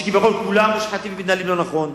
שכביכול כולם מושחתים ומתנהלים לא נכון.